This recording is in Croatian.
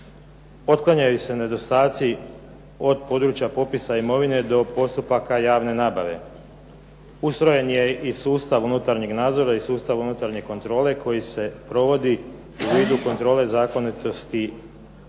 otklanjaju se nedostaci od područja popisa imovine, do postupaka javne nabave. Ustrojen je i sustav unutarnjeg nadzora i sustav unutarnje kontrole koji se provodi u vidu kontrole zakonitosti isprava.